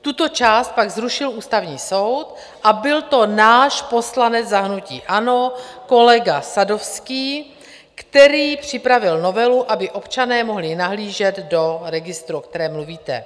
Tuto část pak zrušil Ústavní soud a byl to náš poslanec za hnutí ANO, kolega Sadovský, který připravil novelu, aby občané mohli nahlížet do registru, o kterém mluvíte.